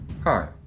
Hi